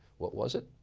what was it?